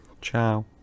Ciao